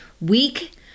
Week